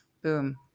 Boom